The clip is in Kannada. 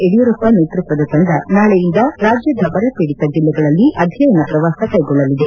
ಯಡಿಯೂರಪ್ಪ ನೇತೃತ್ವದ ತಂಡ ನಾಳೆಯಿಂದ ರಾಜ್ವದ ಬರಪೀಡಿತ ಜಿಲ್ಲೆಗಳಲ್ಲಿ ಅಧ್ಯಯನ ಪ್ರವಾಸ ಕೈಗೊಳ್ಳಲಿದೆ